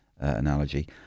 analogy